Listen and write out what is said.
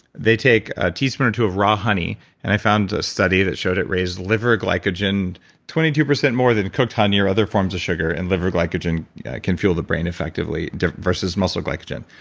they take a teaspoon or two of raw honey and i found a study that showed it raised liver glycogen twenty two percent more than cooked honey or other forms of sugar, and liver glycogen can fuel the brain effectively versus muscle glycogen,